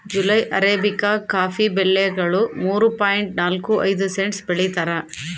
July arabica coffee ಬೆಲೆಗಳು ಮೂರು point ನಾಲ್ಕು ಐದು ಸೆಂಟ್ಸ್ ಬೆಳೀತಾರ